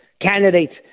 candidates